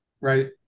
right